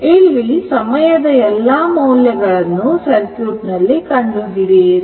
ಇಲ್ಲಿ ಸಮಯದ ಎಲ್ಲಾ ಮೌಲ್ಯಗಳನ್ನು ಸರ್ಕ್ಯೂಟ್ ನಲ್ಲಿ ಕಂಡುಹಿಡಿಯಿರಿ